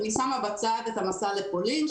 אני שמה בצד את המסע לפולין,